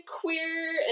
queer